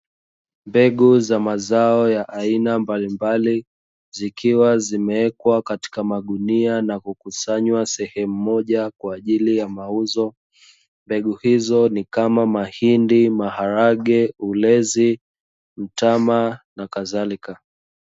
Mbegu za mazao ya aina mbalimbali zikiwa zimewekwa katika magunia na kukusanywa sehemu moja kwa ajili ya mauzo, mbegu hizo ni kama: mahindi, maharage, ulezi, mtama na kadhalika.